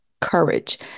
courage